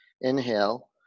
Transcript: Inhale